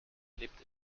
lebt